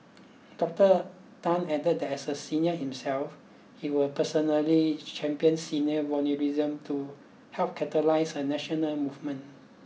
Doctor Tan added that as a senior himself he will personally champion senior volunteerism to help catalyse a national movement